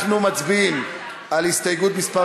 אנחנו מצביעים על הסתייגות מס'